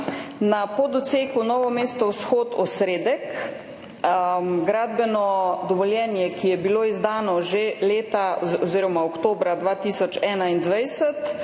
na pododseku Novo mesto vzhod–Osredek gradbeno dovoljenje, ki je bilo izdano že oktobra 2021,